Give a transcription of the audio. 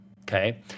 Okay